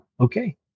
Okay